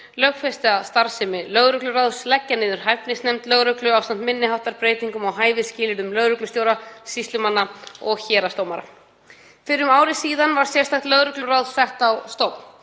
lögfesta starfsemi lögregluráðs, leggja niður hæfnisnefnd lögreglu ásamt minni háttar breytingum á hæfisskilyrðum lögreglustjóra, sýslumanna og héraðsdómara. Fyrir um ári síðan var sérstakt lögregluráð sett á stofn.